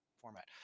format